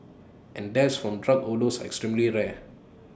and deaths from drug are extremely rare